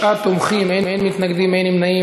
29 תומכים, אין מתנגדים, אין נמנעים.